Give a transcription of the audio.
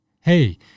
Hey